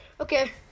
Okay